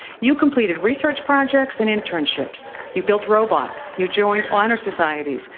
you completed research projects and internships, you built robots, you joined honor societies,